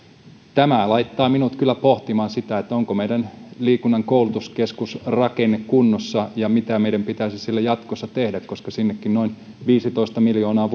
tämä laittaa minut kyllä pohtimaan sitä onko meillä liikunnan koulutuskeskusrakenne kunnossa ja mitä meidän pitäisi sille jatkossa tehdä koska sinnekin laitetaan vuosittain rahaa noin viisitoista miljoonaa